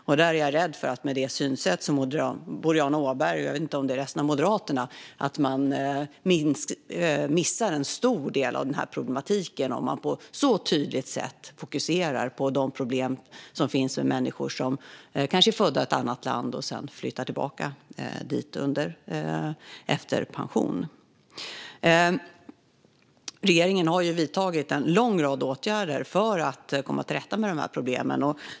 Jag är rädd att det synsätt som Boriana Åberg har - jag vet inte om det även gäller resten av Moderaterna - gör att man missar en stor del av problematiken när man så tydligt fokuserar på de problem som finns med människor som kanske är födda i ett annat land och sedan flyttar tillbaka dit efter sin pension. Regeringen har vidtagit en lång rad åtgärder för att komma till rätta med problemen.